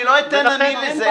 אני לא אתן לעניין הזה.